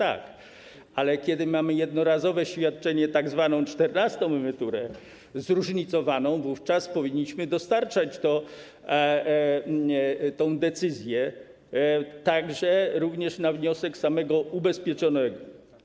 Ale kiedy mamy jednorazowe świadczenie, tzw. czternastą emeryturę, zróżnicowaną, wówczas powinniśmy dostarczać tę decyzję również na wniosek samego ubezpieczonego.